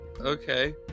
okay